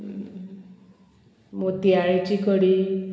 मोतयाळीची कडी